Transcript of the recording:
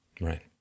Right